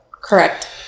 Correct